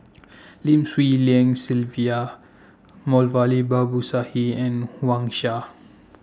Lim Swee Lian Sylvia Moulavi Babu Sahib and Wang Sha